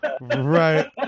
Right